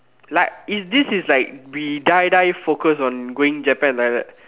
like if this is like we die die focus on going Japan like that